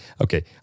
okay